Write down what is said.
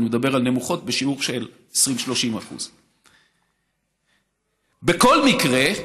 אני מדבר על נמוכות בשיעור של 20% 30%. בכל מקרה,